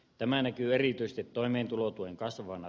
tämä näkyy erityisesti toimeentulotuen kasvavana